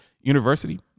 university